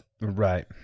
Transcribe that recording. Right